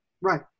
Right